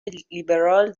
لیبرال